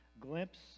glimpse